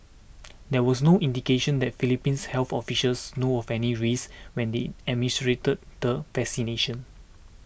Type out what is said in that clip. there was no indication that Philippines health officials know of any risks when they administered the vaccination